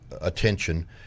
attention